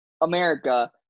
America